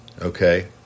Okay